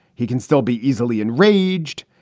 he can still be easily enraged.